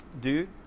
dude